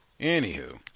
Anywho